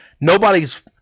nobody's